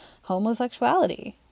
homosexuality